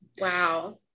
Wow